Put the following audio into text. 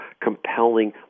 compelling